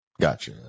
gotcha